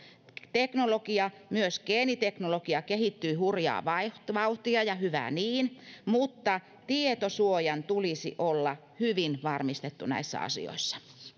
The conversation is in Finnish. teknologia myös geeniteknologia kehittyy hurjaa vauhtia vauhtia ja hyvä niin mutta tietosuojan tulisi olla hyvin varmistettu näissä asioissa